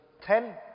ten